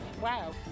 wow